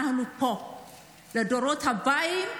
אנחנו פה לדורות הבאים.